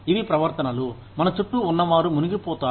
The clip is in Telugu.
ఇవి ప్రవర్తనలు మన చుట్టూ ఉన్నవారు మునిగిపోతారు